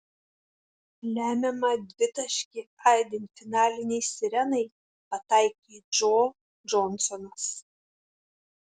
lemiamą dvitaškį aidint finalinei sirenai pataikė džo džonsonas